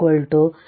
2642